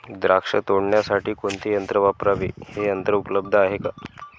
द्राक्ष तोडण्यासाठी कोणते यंत्र वापरावे? हे यंत्र उपलब्ध आहे का?